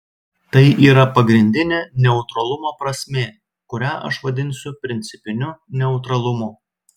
tai yra pagrindinė neutralumo prasmė kurią aš vadinsiu principiniu neutralumu